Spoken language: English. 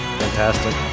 fantastic